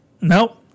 Nope